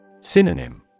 Synonym